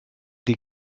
die